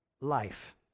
life